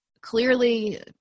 clearly